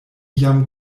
jam